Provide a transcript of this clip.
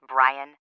Brian